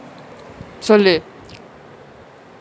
சொல்லு:sollu